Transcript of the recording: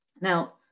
Now